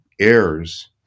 errors